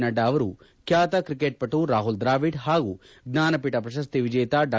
ನಡ್ವಾ ಅವರು ಖ್ಯಾತ ಕ್ರಿಕೆಟ್ ಪಟು ರಾಹುಲ್ ದ್ರಾವಿಡ್ ಹಾಗೂ ಜ್ವಾನಪೀಠ ಪ್ರಶಸ್ತಿ ವಿಜೇತ ಡಾ